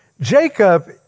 Jacob